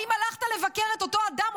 האם הלכת לבקר את אותו אדם,